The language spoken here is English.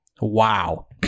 wow